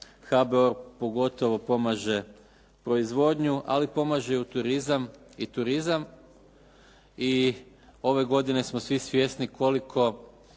HBOR pogotovo pomaže proizvodnju ali pomaže i turizam i ove godine smo svi svjesni koliko